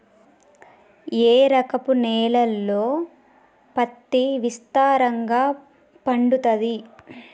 ఏ రకపు నేలల్లో పత్తి విస్తారంగా పండుతది?